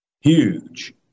huge